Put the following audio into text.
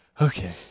Okay